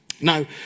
Now